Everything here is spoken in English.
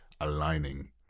aligning